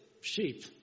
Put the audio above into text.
Sheep